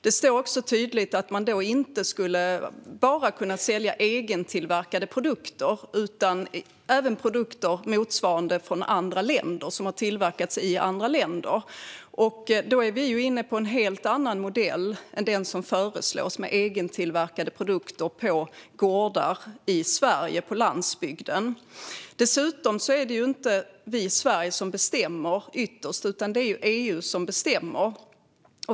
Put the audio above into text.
Det står också tydligt att inte bara egentillverkade produkter skulle kunna säljas utan även motsvarande produkter som tillverkats i andra länder. Då är vi inne på en helt annan modell än den som föreslås med egentillverkade produkter på gårdar på Sveriges landsbygd. Dessutom är det ju inte vi i Sverige som bestämmer ytterst, utan det gör EU.